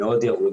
מאוד ירוד,